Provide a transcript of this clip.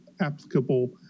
applicable